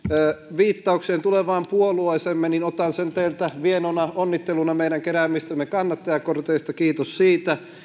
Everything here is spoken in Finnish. viittaukseen tulevasta puolueestamme niin otan sen teiltä vienona onnitteluna meidän keräämistämme kannattajakorteista kiitos siitä